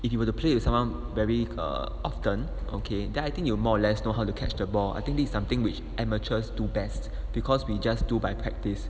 if you were to play with someone very often okay then I think you more or less you know how to catch the ball I think this is something which amateurs do best because we just do by practice